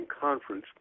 Conference